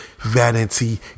Vanity